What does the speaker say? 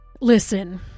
Listen